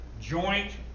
joint